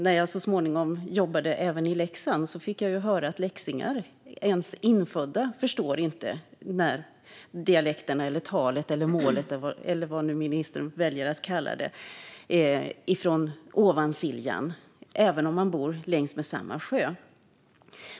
När jag så småningom jobbade i Leksand fick jag höra att inte ens infödda leksingar förstår dialekten, talet eller målet - eller vad ministern nu väljer att kalla det - från Ovansiljan, även om alla bor längs samma sjö.